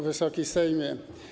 Wysoki Sejmie!